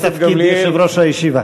כרגע בתפקידי כיושב-ראש הישיבה.